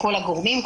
לכל הגורמים,